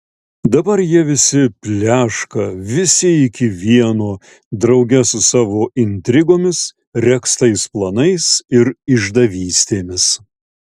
dabar jie visi pleška visi iki vieno drauge su savo intrigomis regztais planais ir išdavystėmis